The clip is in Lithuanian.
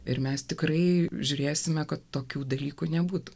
ir mes tikrai žiūrėsime kad tokių dalykų nebūtų